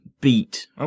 beat